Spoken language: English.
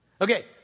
Okay